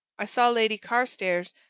i saw lady carstairs.